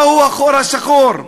מהו החור השחור?